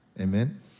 Amen